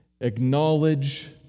acknowledge